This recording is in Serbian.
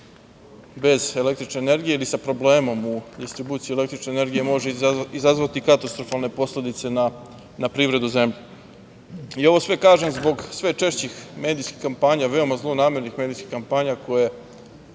bez električne energije ili sa problemom u distribuciji električne energije može izazvati katastrofalne posledice na privredu zemlje. Ovo sve kažem zbog sve češćih medijskih kampanja, veoma zlonamernih medijskih kampanja, koje